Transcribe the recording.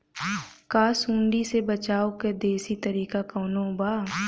का सूंडी से बचाव क देशी तरीका कवनो बा?